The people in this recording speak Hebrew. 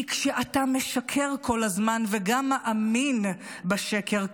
כי כשאתה משקר כל הזמן וגם מאמין בשקר,